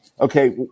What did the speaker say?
okay